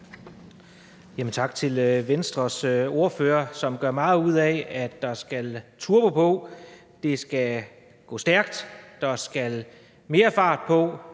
Tak til Venstres ordfører, som gør meget ud af, at der skal turbo på, at det skal gå stærkt, og at der skal mere fart på.